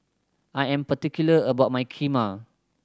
I am particular about my Kheema